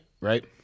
right